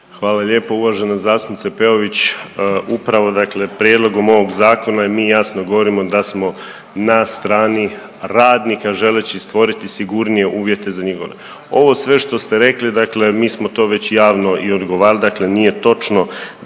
Hvala lijepo uvaženi zastupnice Peović, upravo dakle prijedlogom ovog Zakona i mi jasno govorimo da smo na strani radnika želeći stvoriti sigurnije uvjete za njihove. Ovo sve što ste rekli, dakle mi smo to već jasno i odgovarali, dakle nije točno